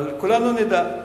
אבל כולנו נדע,